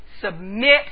Submit